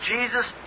Jesus